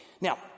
Now